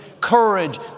courage